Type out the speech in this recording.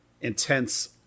intense